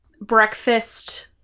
breakfast